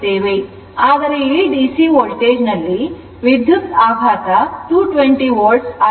ಆದರೆ ಈ ಡಿಸಿ ವೋಲ್ಟೇಜ್ನಲ್ಲಿ ವಿದ್ಯುತ್ ಆಘಾತ 220 ವೋಲ್ಟ್ ಆಗಿರುತ್ತದೆ